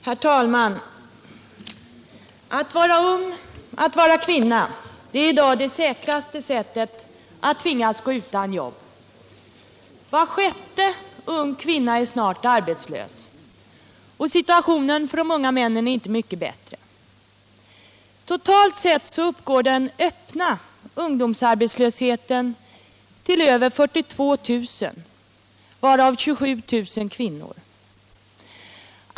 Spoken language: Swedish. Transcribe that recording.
Herr talman! Att vara ung och att vara kvinna, det är i dag det säkraste sättet att tvingas gå utan jobb. Snart är var sjätte ung kvinna arbetslös. Och situationen för de unga männen är inte mycket bättre. Totalt sett uppgår den öppna ungdomsarbetslösheten till över 42 000, varav 27 000 kvinnor.